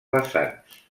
vessants